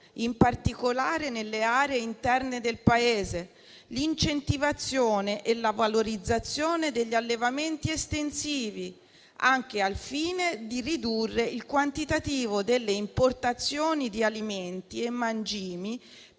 in particolare nelle aree interne del Paese, l'incentivazione e la valorizzazione degli allevamenti estensivi, anche al fine di ridurre il quantitativo delle importazioni di alimenti e mangimi